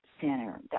Center